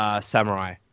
Samurai